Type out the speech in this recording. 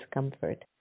discomfort